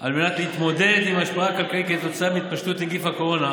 על מנת להתמודד עם ההשפעה הכלכלית של התפשטות נגיף הקורונה